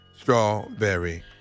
strawberry